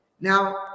Now